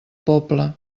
poble